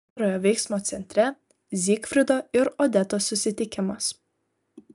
antrojo veiksmo centre zygfrido ir odetos susitikimas